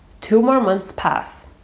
two more months pass.